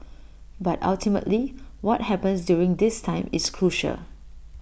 but ultimately what happens during this time is crucial